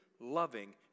loving